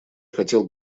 хотел